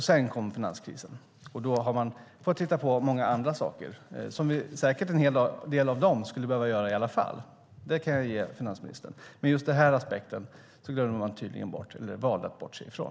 Sedan kom finanskrisen, och då fick man hitta på många andra saker. En hel del av dem skulle man säkert ha behövt göra i alla fall - där kan jag hålla med finansministern. Men just den här aspekten glömde man tydligen bort eller valde man att bortse ifrån.